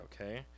okay